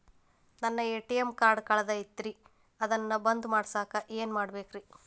ನನ್ನ ATM card ಕಳದೈತ್ರಿ ಅದನ್ನ ಬಂದ್ ಮಾಡಸಾಕ್ ಏನ್ ಮಾಡ್ಬೇಕ್ರಿ?